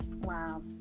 Wow